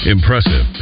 Impressive